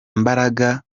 mbaraga